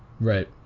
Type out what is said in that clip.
Right